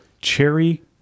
Cherry